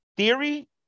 Theory